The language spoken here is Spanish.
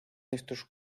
estos